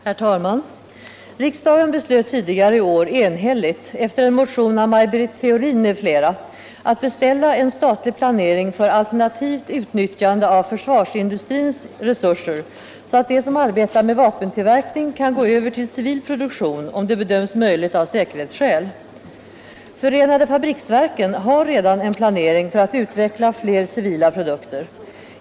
Herr talman! Riksdagen beslöt tidigare i år enhälligt efter en motion av Maj Britt Theorin m.fl. att beställa en statlig planering för alternativt utnyttjande av försvarsindustrins resurser, så att de som arbetar med vapentillverkning kan gå över till civil produktion om det bedöms möjligt av säkerhetsskäl. Förenade fabriksverken har redan en planering för att utveckla flera civila produkter.